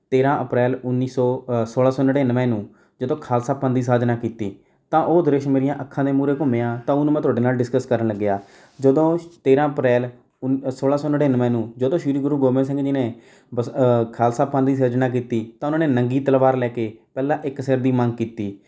ਤੇਰਾਂ ਅਪ੍ਰੈਲ ਉੱਨੀ ਸੌ ਸੋਲ੍ਹਾਂ ਸੌ ਨੜਿਨਵੇਂ ਨੂੰ ਜਦੋਂ ਖਾਲਸਾ ਪੰਥ ਦੀ ਸਾਜਨਾ ਕੀਤੀ ਤਾਂ ਉਹ ਦ੍ਰਿਸ਼ ਮੇਰੀਆਂ ਅੱਖਾਂ ਦੇ ਮੂਹਰੇ ਘੁੰਮਿਆ ਤਾਂ ਉਹਨੂੰ ਮੈਂ ਤੁਹਾਡੇ ਨਾਲ ਡਿਸਕਸ ਕਰਨ ਲੱਗਿਆ ਜਦੋਂ ਤੇਰਾਂ ਅਪ੍ਰੈਲ ਉੱਨੀ ਸੋਲ੍ਹਾਂ ਸੌ ਨੜਿਨਵੇਂ ਨੂੰ ਜਦੋਂ ਸ਼੍ਰੀ ਗੁਰੂ ਗੋਬਿੰਦ ਸਿੰਘ ਜੀ ਨੇ ਵਿਸਾ ਖਾਲਸਾ ਪੰਥ ਦੀ ਸਿਰਜਨਾ ਕੀਤੀ ਤਾਂ ਉਹਨਾਂ ਨੇ ਨੰਗੀ ਤਲਵਾਰ ਲੈ ਕੇ ਪਹਿਲਾਂ ਇੱਕ ਸਿਰ ਦੀ ਮੰਗ ਕੀਤੀ